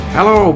Hello